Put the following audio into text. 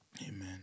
Amen